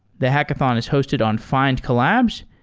the hackathon is hosted on findcollabs.